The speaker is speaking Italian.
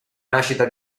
nascita